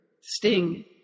Sting